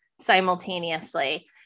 simultaneously